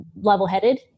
level-headed